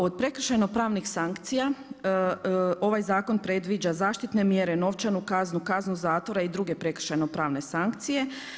Od prekršajno pravnih sankcija ovaj zakon predviđa zaštitne mjere, novčanu kaznu, kaznu zatvora i druge prekršajno pravne sankcije.